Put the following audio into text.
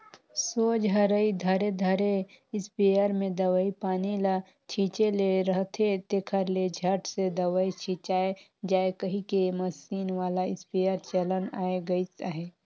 सोझ हरई धरे धरे इस्पेयर मे दवई पानी ल छीचे ले रहथे, तेकर ले झट ले दवई छिचाए जाए कहिके मसीन वाला इस्पेयर चलन आए गइस अहे